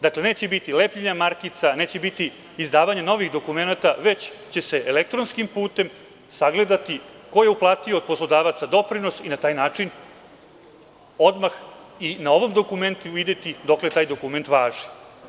Dakle, neće biti lepljenja markica, neće biti izdavanja novih dokumenata, već će se elektronskim putem sagledavati ko je uplatio od poslodavaca doprinos i na taj način odmah i na ovom dokumentu videti do kada taj dokument važi.